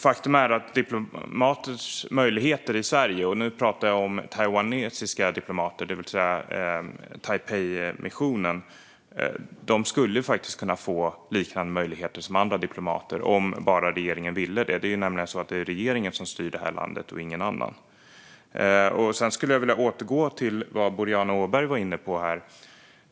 Faktum är att taiwanesiska diplomater i Sverige, det vill säga Taipeimissionen, skulle kunna få liknande möjligheter som andra diplomater om bara regeringen ville det. Det är nämligen så att det är regeringen som styr det här landet och ingen annan. Jag skulle vilja återgå till vad Boriana Åberg var inne på här.